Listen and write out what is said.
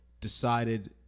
decided